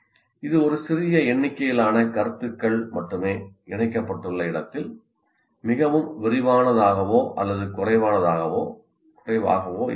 இது ஒரு சிறிய எண்ணிக்கையிலான கருத்துக்கள் மட்டுமே இணைக்கப்பட்டுள்ள இடத்தில் மிகவும் விரிவானதாகவோ அல்லது குறைவாகவோ இருக்கலாம்